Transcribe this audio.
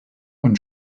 und